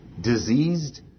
diseased